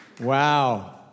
Wow